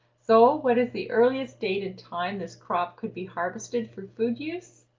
so what is the earliest dated time this crop could be harvested for food use?